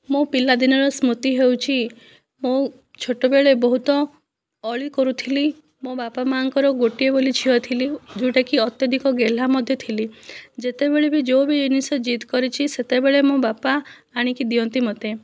ମୋ ପିଲାଦିନର ସ୍ମୃତି ହେଉଛି ମୁଁ ଛୋଟବେଳେ ବହୁତ ଅଳି କରୁଥିଲି ମୋ ବାପା ମାଆଙ୍କର ଗୋଟିଏ ବୋଲି ଝିଅ ଥିଲି ଯେଉଁଟାକି ଅତ୍ୟଧିକ ଗେହ୍ଲା ମଧ୍ୟ ଥିଲି ଯେତେବେଳେ ବି ଯେଉଁ ବି ଜିନିଷ ଜିଦ୍ଦ କରିଛି ସେତେବେଳେ ମୋ ବାପା ଆଣିକି ଦିଅନ୍ତି ମୋତେ